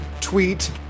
tweet